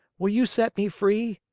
will you set me free?